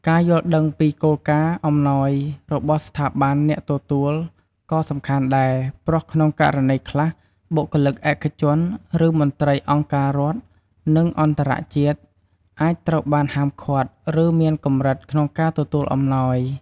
ការយល់ដឹងពី គោលការណ៍អំណោយ របស់ស្ថាប័នអ្នកទទួលក៏សំខាន់ដែរ ព្រោះក្នុងករណីខ្លះ បុគ្គលិកឯកជន ឬមន្ត្រីអង្គការរដ្ឋ និងអន្តរជាតិ អាចត្រូវបានហាមឃាត់ ឬមានកម្រិតកក្នុងការទទួលអំណោយ។